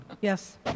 Yes